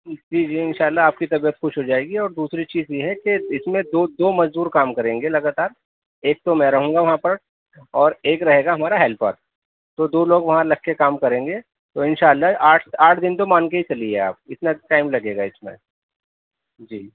جی جی ان شاء اللہ آپ کی طبیعت خوش ہو جائے گی اور دوسری چیز یہ ہے کہ اس میں دو دو مزدور کام کریں گے لگاتار ایک تو میں رہوں گا وہاں پر اور ایک رہے گا ہمارا ہیلپر تو دو لوگ وہاں لگ کے کام کریں گے تو ان شاء اللہ آٹھ آٹھ دن تو مان کے ہی چلیے آپ اتنا تو ٹائم لگے گا اس میں جی